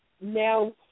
now